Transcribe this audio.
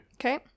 Okay